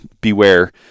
beware